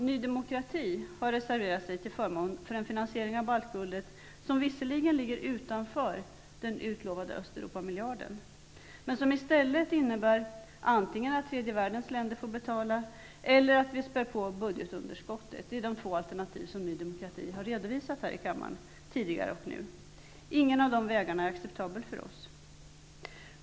Ny demokrati har reserverat sig till förmån för en finansiering av baltguldet, som visserligen ligger utanför den utlovade Östeuropamiljarden, men som i stället innebär antingen att tredje världens länder får betala eller att budgetunderskottet späs på. Det är de två alternativ som Ny demokrati har redovisat i kammaren tidigare och nu. Inget av de alternativen är acceptabla för oss.